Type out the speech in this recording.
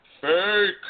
fake